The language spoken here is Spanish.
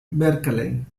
berkeley